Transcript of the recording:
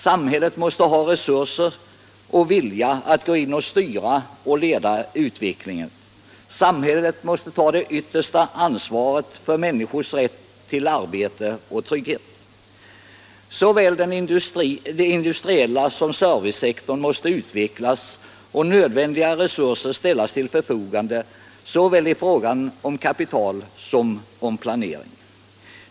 Samhället måste ha resurser och vilja att gå in och styra och leda utvecklingen. Samhället måste ta det yttersta ansvaret för människors rätt till arbete och trygghet. Såväl industrisektorn som servicesektorn måste utvecklas och nödvändiga resurser ställas till förfogande både när det gäller kapital och planering.